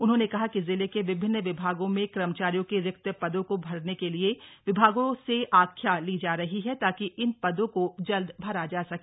उन्होंने कहा की जिले के विभिन्न विभागों में कर्मचारियों के रिक्त पदों को भरने के लिए विभागों से आख्या ली जा रही है ताकि इन पदों को जल्द भरा जा सके